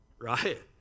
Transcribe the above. Right